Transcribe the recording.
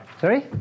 Sorry